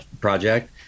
Project